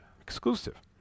Exclusive